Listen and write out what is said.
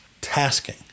tasking